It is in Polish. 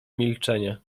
milczenie